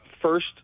first